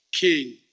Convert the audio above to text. King